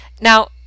Now